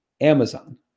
Amazon